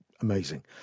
amazing